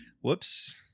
Whoops